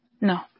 No